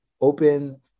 open